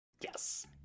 Yes